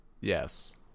Yes